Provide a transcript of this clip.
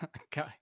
Okay